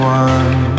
one